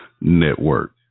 Network